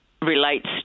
Relates